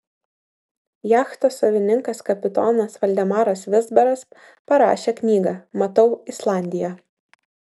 jachtos savininkas kapitonas valdemaras vizbaras parašė knygą matau islandiją